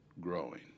growing